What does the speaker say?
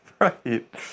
Right